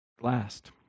last